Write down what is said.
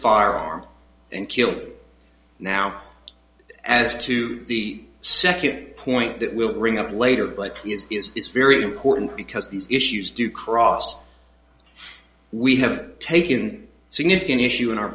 far arm and killed now as to the second point that will bring up later but it is very important because these issues do cross we have taken significant issue in our